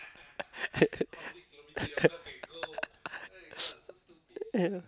yeah